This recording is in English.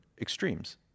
extremes